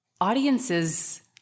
audiences